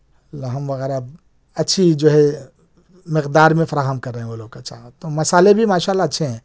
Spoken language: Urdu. لحم وغیرہ اچھی جو ہے مقدار میں فراہم کر رہے ہیں وہ لوگ اچھا تو مسالے بھی ماشاء اللہ اچھے ہیں